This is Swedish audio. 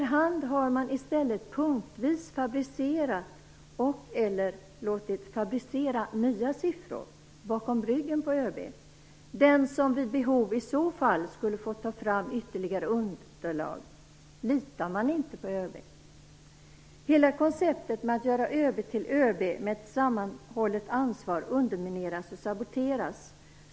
Efter hand har man i stället punktvis fabricerat eller låtit fabricera nya siffror bakom ryggen på ÖB, den som vid behov i så fall skulle få ta fram ytterligare underlag. Litar man inte på ÖB? Hela konceptet att göra ÖB till ÖB med ett sammanhållet ansvar undermineras och saboteras.